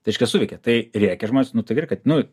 taške suveikė tai rėkė žmonės nu tai gerai kad nu